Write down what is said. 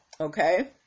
okay